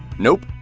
nope!